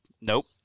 nope